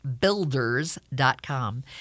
builders.com